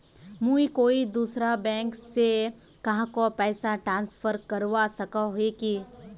मुई कोई दूसरा बैंक से कहाको पैसा ट्रांसफर करवा सको ही कि?